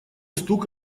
стук